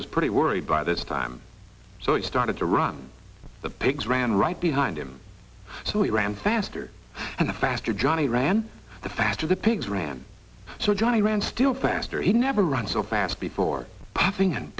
was pretty worried by this time so he started to run the pigs ran right behind him so he ran faster and the faster johnny ran the faster the pigs ran so johnny ran still faster he never run so fast before puffing and